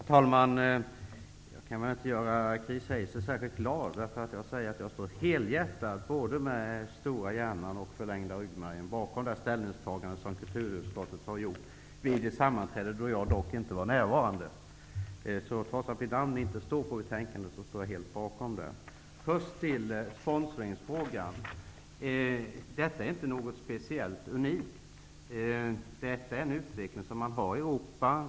Herr talman! Jag gör nog inte Chris Heister särskilt glad när jag säger att jag helhjärtat -- både med stora hjärnan och förlängda märgen -- står bakom det ställningstagande som kulturutskottet har gjort vid ett sammanträde då jag dock inte var närvarande. Trots att min underskrift inte finns med i betänkandet, står jag helt bakom det. Jag vill först ta upp sponsringsfrågan. Sponsring är inte något speciellt unikt, utan det är en utveckling som man har i Europa.